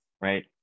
right